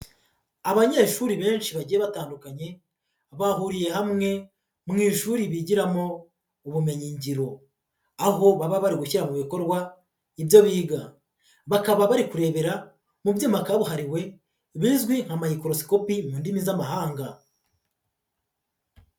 Abanyeshuri benshi bagiye batandukanye, bahuriye hamwe mu ishuri bigiramo ubumenyi ngiro, aho baba bari gushyira mu bikorwa ibyo biga, bakaba bari kurebera mu byuma kabuhariwe bizwi nka mayikorosikopi mu ndimi z'amahanga.